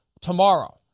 tomorrow